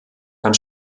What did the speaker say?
kann